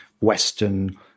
Western